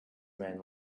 man